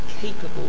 capable